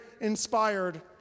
inspired